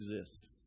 exist